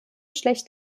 schlecht